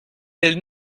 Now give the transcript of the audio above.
del